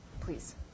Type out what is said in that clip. Please